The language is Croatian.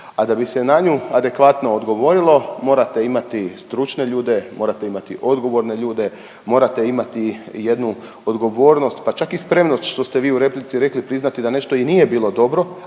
A da bi se na nju adekvatno odgovorilo morate imati stručne ljude, morate imati odgovorne ljude, morate imati jednu odgovornost pa čak i spremnost što ste vi u replici rekli i priznati da nešto i nije bilo dobro,